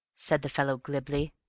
said the fellow glibly.